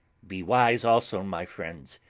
be wise also, my friends.